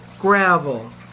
gravel